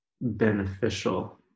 beneficial